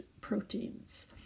proteins